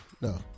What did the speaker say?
no